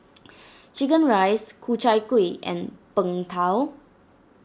Chicken Rice Ku Chai Kuih and Png Tao